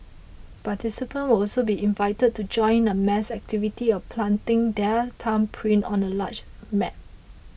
participants will also be invited to join in a mass activity of planting their thumbprint on a large map